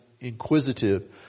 inquisitive